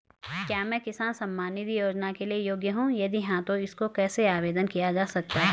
क्या मैं किसान सम्मान निधि योजना के लिए योग्य हूँ यदि हाँ तो इसको कैसे आवेदन किया जा सकता है?